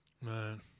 Man